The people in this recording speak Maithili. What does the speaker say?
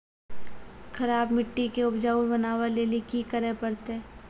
खराब मिट्टी के उपजाऊ बनावे लेली की करे परतै?